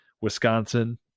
Wisconsin